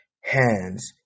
hands